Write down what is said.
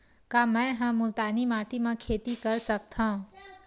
का मै ह मुल्तानी माटी म खेती कर सकथव?